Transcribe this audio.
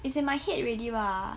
it's in my head already lah